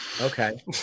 Okay